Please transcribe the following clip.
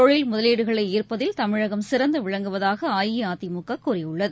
தொழில் முதலீடுகளை ஈர்ப்பதில் தமிழகம் சிறந்து விளங்குவதாக அஇஅதிமுக கூறியுள்ளது